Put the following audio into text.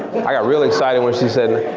i got real excited when she said.